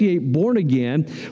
born-again